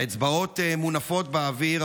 האצבעות מונפות באוויר,